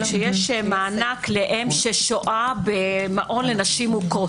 כשיש מענק לאם ששוהה במעון לנשים מוכות,